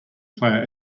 player